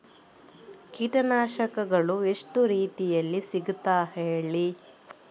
ಕೀಟನಾಶಕಗಳು ಎಷ್ಟು ರೀತಿಯಲ್ಲಿ ಸಿಗ್ತದ ಹೇಳಿ